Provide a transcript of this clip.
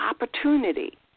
opportunity